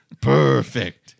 Perfect